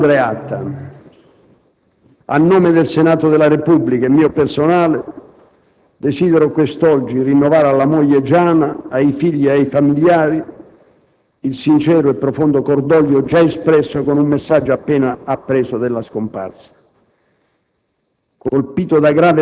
Beniamino Andreatta. A nome del Senato della Repubblica e mio personale, desidero quest'oggi rinnovare alla moglie Giana, ai figli e ai familiari il sincero e profondo cordoglio già espresso in un messaggio appena appreso della scomparsa.